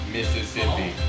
Mississippi